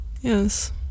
Yes